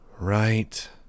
Right